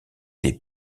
des